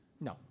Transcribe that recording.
no